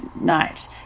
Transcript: night